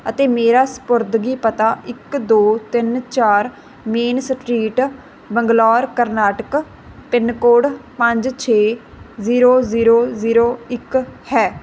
ਅਤੇ ਮੇਰਾ ਸਪੁਰਦਗੀ ਪਤਾ ਇੱਕ ਦੋ ਤਿੰਨ ਚਾਰ main street Bangalore Karnataka pin code ਪੰਜ ਛੇ ਜ਼ੀਰੋ ਜ਼ੀਰੋ ਜ਼ੀਰੋ ਇੱਕ ਹੈ